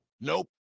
Nope